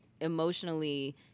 emotionally